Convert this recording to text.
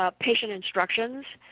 ah patient instructions,